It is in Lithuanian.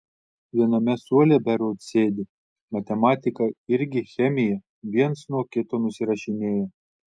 viename suole berods sėdi matematiką irgi chemiją viens nuo kito nusirašinėja